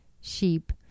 sheep